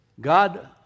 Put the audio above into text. God